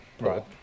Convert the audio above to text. Right